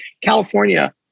California